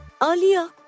Earlier